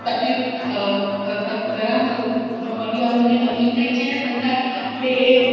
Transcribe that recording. તકલીફ ઘણા પરિવારોને તકલીફ થઈ છે તથા તે